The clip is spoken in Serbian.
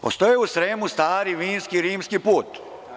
Postoji u Sremu stari vinski rimski put.